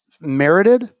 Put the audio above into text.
merited